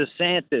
DeSantis